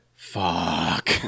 Fuck